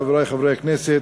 חברי חברי הכנסת,